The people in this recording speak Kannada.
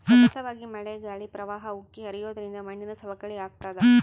ಸತತವಾಗಿ ಮಳೆ ಗಾಳಿ ಪ್ರವಾಹ ಉಕ್ಕಿ ಹರಿಯೋದ್ರಿಂದ ಮಣ್ಣಿನ ಸವಕಳಿ ಆಗ್ತಾದ